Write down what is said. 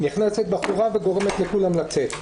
נכנסת בחורה וגורמת לכולם לצאת,